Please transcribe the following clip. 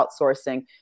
outsourcing